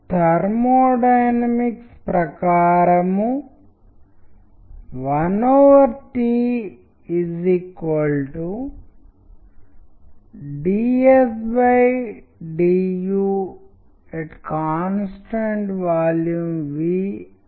కాబట్టి మీరు చిత్రాలను టెక్స్ట్ లతో సంబంధాన్ని చూస్తున్నట్లయితే ఇక్కడ మొదటిగా ఈ సందర్భంలో మనం మొదట సూర్యుడుని మరియు తరువాత సూర్యుడు టెక్స్ట్ కనిపించడం కనుగొన్నాము అటువంటి పరిస్థితిలో వస్తువు ఉంటే బాటిల్ కానీ లేదా మరేదైనా ఉంటే అప్పుడు నిస్సందేహంగా అర్థం చాలా స్పష్టంగా ఉంటుంది ఆపై మీరు ఆ బాటిల్ ని అక్కడ సరిగ్గా ఏమి ఉండొచ్చు మరియు అలాంటివి